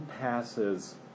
passes